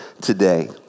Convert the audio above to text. today